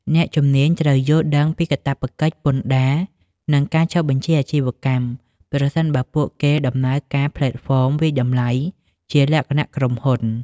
អ្នកជំនាញត្រូវយល់ដឹងពីកាតព្វកិច្ចពន្ធដារ និងការចុះបញ្ជីអាជីវកម្ម ប្រសិនបើពួកគេដំណើរការផ្លេតហ្វមវាយតម្លៃជាលក្ខណៈក្រុមហ៊ុន។